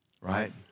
right